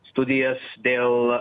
studijas dėl